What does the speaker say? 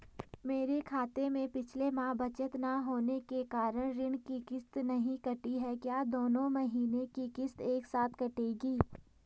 मेरे खाते में पिछले माह बचत न होने के कारण ऋण की किश्त नहीं कटी है क्या दोनों महीने की किश्त एक साथ कटेगी?